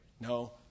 No